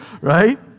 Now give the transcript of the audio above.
right